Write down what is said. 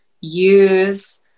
use